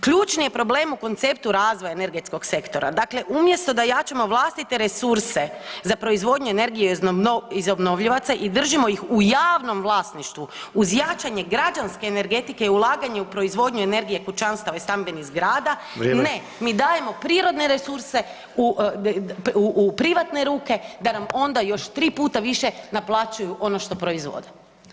Ključni je problem u konceptu razvoja energetskog sektora, dakle umjesto da jačamo vlastite resurse za proizvodnju energije iz obnovljivaca i držimo ih u javnom vlasništvu uz jačanje građanske energetike i ulaganje u proizvodnju energije kućanstava i stambenih zgrada [[Upadica: Vrijeme]] ne mi dajemo prirodne resurse u, u privatne ruke da nam onda još 3 puta više naplaćuju ono što proizvode.